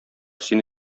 сине